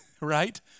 Right